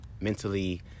mentally